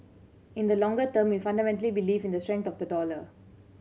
in the longer term we fundamentally believe in the strength of the dollar